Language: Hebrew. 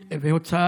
יוקר המחיה הוא תוצאה